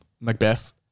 Macbeth